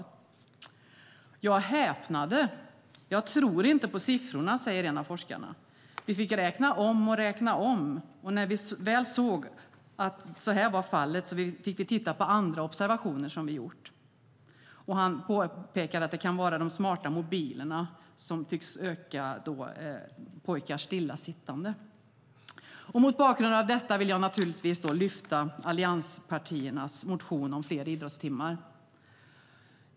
En av forskarna säger: Jag häpnade! Jag trodde inte på siffrorna. Vi fick räkna om och räkna om, och när vi väl såg att så här var fallet fick vi titta på andra observationer som vi gjort! Han påpekar också att det kan vara de smarta mobilerna som tycks öka pojkars stillasittande. Mot bakgrund av detta vill jag lyfta fram allianspartiernas motion om fler idrottstimmar.